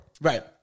Right